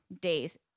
days